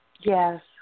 Yes